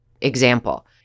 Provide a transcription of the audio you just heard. example